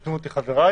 יתקנו אותי חבריי,